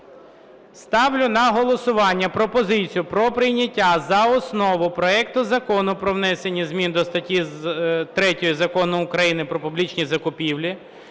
Ставлю на голосування пропозицію про прийняття за основу проекту Закону про внесення змін до статті 3 Закону України "Про публічні закупівлі"